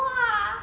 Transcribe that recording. !wah!